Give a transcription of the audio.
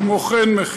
כמו כן,